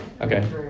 Okay